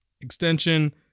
extension